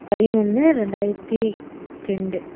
பதினொன்று ரெண்டாயிரத்தி ரெண்டு